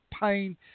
pain